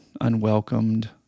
unwelcomed